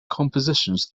compositions